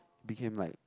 became like